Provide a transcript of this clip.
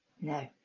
No